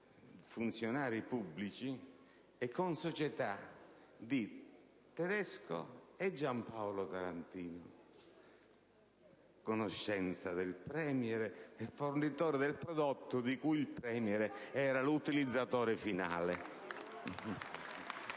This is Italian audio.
funzionari pubblici e con società di Alberto Tedesco e Gianpaolo Tarantini, conoscenza del *Premier* e fornitore del prodotto di cui il *Premier* era l'utilizzatore finale.